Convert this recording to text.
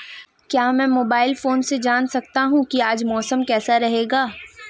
क्या मैं mobile phone से जान सकता हूँ कि आज मौसम कैसा रहेगा?